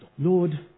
Lord